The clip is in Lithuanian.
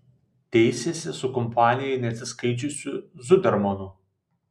teisėsi su kampanijai neatsiskaičiusiu zudermanu